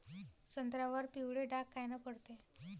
संत्र्यावर पिवळे डाग कायनं पडते?